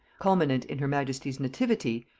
culminant in her majesty's nativity,